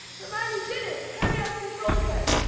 hermione did it, harry has control again.